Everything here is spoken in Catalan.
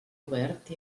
obert